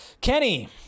Kenny